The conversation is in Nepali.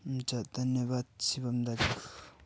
हुन्छ धन्यवाद सिभम् दाजु